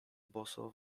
boso